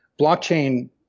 blockchain